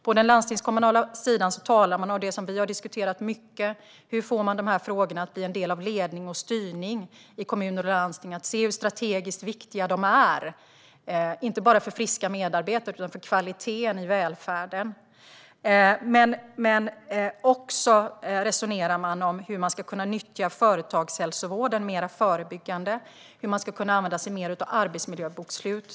På den landstingskommunala sidan talar man mycket om det som vi har diskuterat, det vill säga hur man får de här frågorna att bli en del av ledning och styrning i kommuner och landsting och att se hur strategiskt viktiga de är, inte bara för friska medarbetare utan för kvaliteten i välfärden. Man resonerar också om hur man ska kunna nyttja företagshälsovården mer förebyggande och hur man ska kunna använda sig mer av arbetsmiljöbokslut.